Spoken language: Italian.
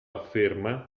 afferma